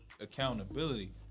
accountability